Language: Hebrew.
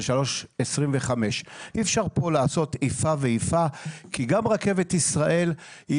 3.25. אי אפשר פה לעשות איפה ואיפה כי גם רכבת ישראל,